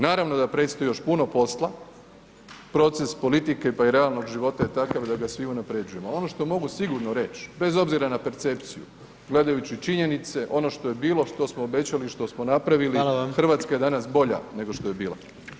Naravno da predstoji još puno posla, proces politike pa i realnog života je takav da ga svi unaprjeđujemo ali ono što mogu sigurno reć, bez obzira na percepciju, gledajući činjenice, ono što je bilo, što smo obećali i što smo napravili, [[Upadica predsjednik: Hvala vam.]] Hrvatska je danas bolja nego što je bila.